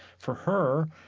for her,